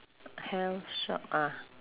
heath shop ah